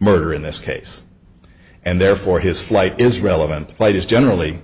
murder in this case and therefore his flight is relevant right is generally